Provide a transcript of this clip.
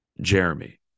Jeremy